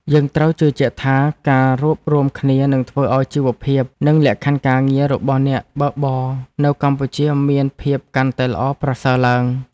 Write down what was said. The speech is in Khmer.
យើងត្រូវជឿជាក់ថា ការរួបរួមគ្នានឹងធ្វើឱ្យជីវភាព និងលក្ខខណ្ឌការងាររបស់អ្នកបើកបរនៅកម្ពុជាមានភាពកាន់តែល្អប្រសើរឡើង។